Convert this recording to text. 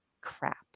crap